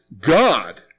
God